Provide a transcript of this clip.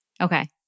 Okay